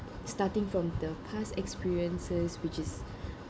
starting from the past experiences which is